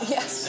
Yes